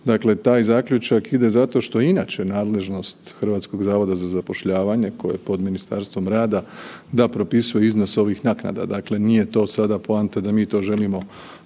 Dakle, taj zaključak ide zato što je inače nadležnost HZZ-a koje je pod Ministarstvom rada da propisuje iznos ovih naknada, dakle nije to sada poanta da mi to želimo